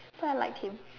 so I liked him